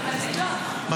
תברך אותן, תלמידות.